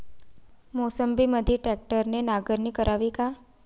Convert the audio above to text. मोसंबीमंदी ट्रॅक्टरने नांगरणी करावी का?